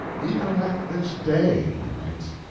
even at this day, he writes,